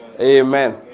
Amen